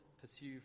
pursue